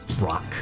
rock